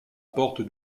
porte